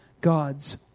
God's